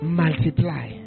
multiply